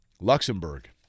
Luxembourg